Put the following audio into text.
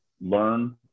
learn